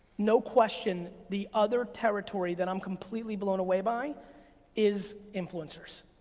no question, the other territory that i'm completely blown away by is influencers.